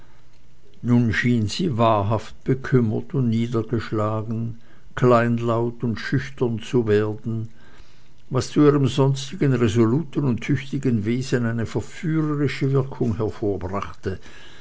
nun schien sie wahrhaft bekümmert und niedergeschlagen kleinlaut und schüchtern zu werden was zu ihrem sonstigen resoluten und tüchtigen wesen eine verführerische wirkung hervorbrachte